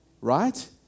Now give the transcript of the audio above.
Right